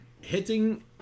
Hitting